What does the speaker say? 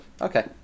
Okay